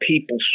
people